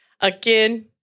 again